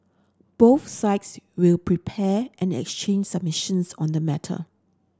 both sex will prepare and exchange submissions on the matter